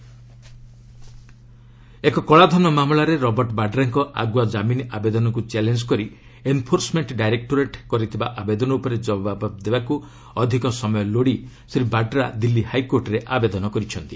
high court ବାଡ଼ା ଏକ କଳାଧନ ମାମଲାରେ ରବର୍ଟ ବାଡ୍ରାଙ୍କ ଆଗୁଆ ଜାମିନ୍ ଆବେଦନକ୍ ଚ୍ୟାଲେଞ୍ କରି ଏନ୍ଫୋର୍ସମେଣ୍ଟ ଡାଇରେକ୍ଲୋରେଟ୍ କରିଥିବା ଆବେଦନ ଉପରେ ଜବାବ୍ ଦେବାକୃ ଅଧିକ ସମୟ ଲୋଡ଼ି ଶ୍ରୀ ବାଡ୍ରା ଦିଲ୍ରୀ ହାଇକୋର୍ଟରେ ଆବେଦନ କରିଛନ୍ତି